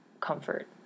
comfort